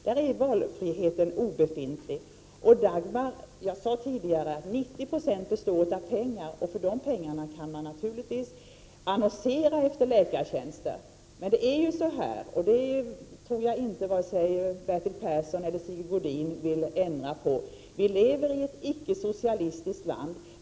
Där är valfriheten obefintlig. Jag sade tidigare att 90 26 av Dagmarreformen består av pengar och för de pengarna kan man naturligtvis annonsera efter läkare. Men vi lever i ett icke-socialistiskt land. Det tror jag att varken Bertil Persson eller Sigge Godin vill ändra på.